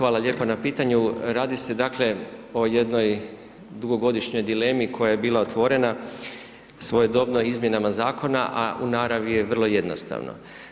Hvala lijepo na pitanju, radi se dakle o jednoj dugogodišnjoj dilemi koja je bila otvorena svojedobno izmjenama zakona a u naravi je vrlo jednostavna.